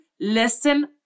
listen